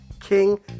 King